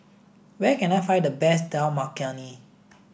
where can I find the best Dal Makhani